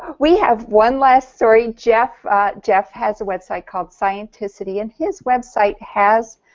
we have one last story jeff jeff has a website called scienticity and his website has